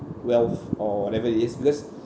wealth or whatever it is just